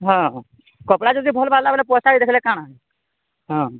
ହଁ କପଡ଼ା ଯଦି ଭଲ୍ ଭାରଲା ବଲେ ପଇସାକେ ଦେଖିଲେ କାଣା ହଁ